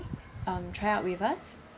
um try out with us